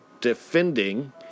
defending